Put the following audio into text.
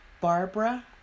Barbara